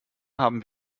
haben